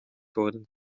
worden